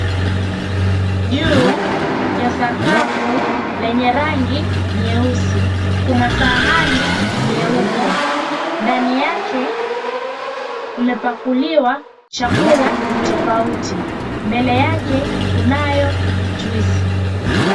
Juu ya sakafu lenye rangi nyeusi kuna sahani nyeupe. Ndani yake kumepakuliwa chakula tofauti, mbele yake kunayo juisi.